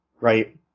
right